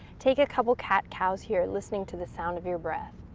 take a couple cat-cows here, listening to the sound of your breath.